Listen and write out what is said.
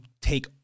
take